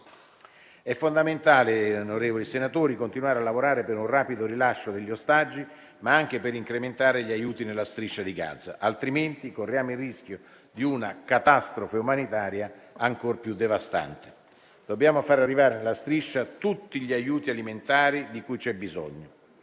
È fondamentale, onorevoli senatori, continuare a lavorare per un rapido rilascio degli ostaggi, ma anche per incrementare gli aiuti nella Striscia di Gaza, altrimenti corriamo il rischio di una catastrofe umanitaria ancor più devastante. Dobbiamo far arrivare alla Striscia tutti gli aiuti alimentari di cui c'è bisogno.